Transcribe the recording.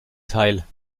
teil